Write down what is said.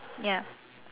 ya